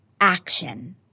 action